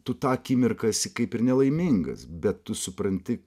tu tą akimirką esi kaip ir nelaimingas bet tu supranti